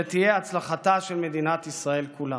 שתהיה הצלחתה של מדינת ישראל כולה.